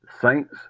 Saints